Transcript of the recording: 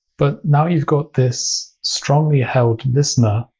but now you've got this strongly held listener